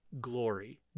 glory